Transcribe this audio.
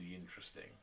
interesting